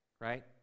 right